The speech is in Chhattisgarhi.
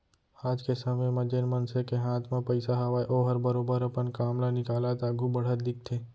आज के समे म जेन मनसे के हाथ म पइसा हावय ओहर बरोबर अपन काम ल निकालत आघू बढ़त दिखथे